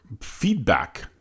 feedback